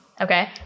Okay